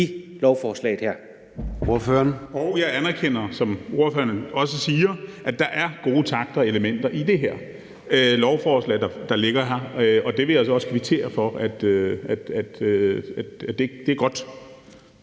Jeg anerkender, som ordføreren også siger, at der gode takter og elementer i det her lovforslag, der ligger her, og jeg vil så også kvittere for, at det er godt.